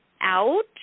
out